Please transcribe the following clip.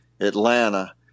Atlanta